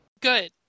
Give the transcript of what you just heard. Good